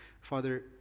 Father